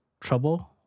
trouble